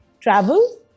travel